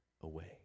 away